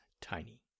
tiny